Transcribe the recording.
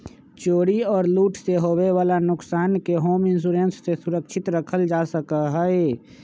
चोरी और लूट से होवे वाला नुकसान के होम इंश्योरेंस से सुरक्षित रखल जा सका हई